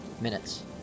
minutes